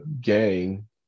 gang